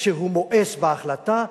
כשהוא מואס בהחלטה,